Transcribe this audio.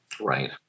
right